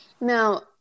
Now